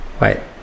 Wait